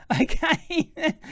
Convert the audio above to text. okay